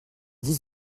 dix